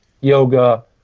yoga